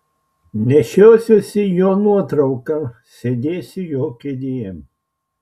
nešiosiuosi jo nuotrauką sėdėsiu jo kėdėje